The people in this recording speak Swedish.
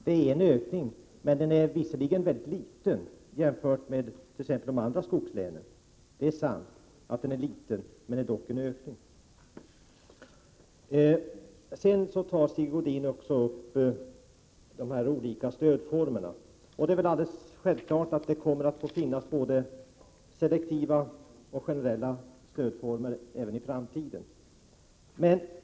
Det är en ökning, låt vara att den är liten jämfört med t.ex. de andra skogslänen. Sigge Godin tog också upp de olika stödformerna. Det är väl alldeles självklart att det kommer att få finnas både selektiva och generella stödformer även i framtiden.